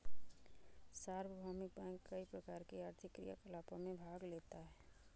सार्वभौमिक बैंक कई प्रकार के आर्थिक क्रियाकलापों में भाग लेता है